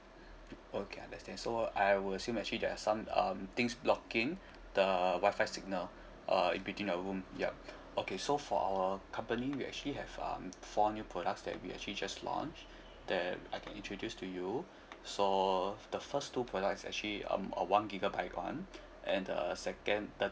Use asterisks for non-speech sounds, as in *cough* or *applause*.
okay understand so I will assume actually there are some um things blocking *breath* the Wi-Fi signal uh in between a room yup okay so for our company we actually have um four new products that we actually just launch *breath* that I can introduce to you *breath* so the first two product is actually um a one gigabyte one and the second